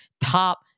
top